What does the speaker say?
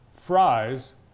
Fries